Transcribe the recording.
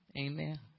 Amen